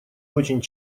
очень